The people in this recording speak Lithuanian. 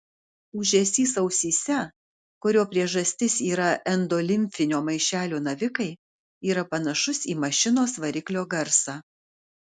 ūžesys ausyse kurio priežastis yra endolimfinio maišelio navikai yra panašus į mašinos variklio garsą